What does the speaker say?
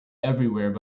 everywhere